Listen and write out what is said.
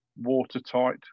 watertight